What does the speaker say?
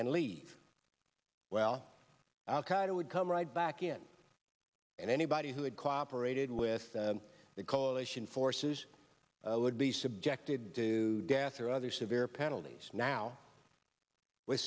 and leave well al qaida would come right back in and anybody who had cooperated with the coalition forces would be subjected to death or other severe penalties now w